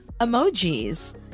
emojis